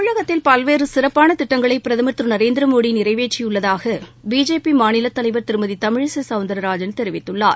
தமிழகத்தில் பல்வேறு சிறப்பான திட்டங்களை பிரதமர் திரு நரேந்திரமோடி நிறைவேற்றியுள்ளதாக பிஜேபி மாநில தலைவர் திருமதி தமிழிசை சவுந்தரராஜன் தெரிவித்துள்ளார்